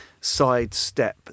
sidestep